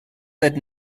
that